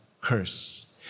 curse